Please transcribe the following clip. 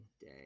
day